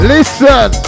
Listen